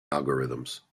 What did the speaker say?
algorithms